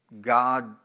God